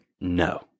No